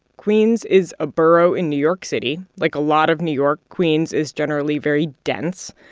queens is a borough in new york city. like a lot of new york, queens is generally very dense.